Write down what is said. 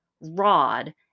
rod